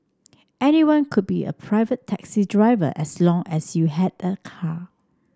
anyone could be a pirate taxi driver as long as you had a car